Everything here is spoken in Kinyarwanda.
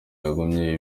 yagumye